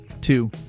two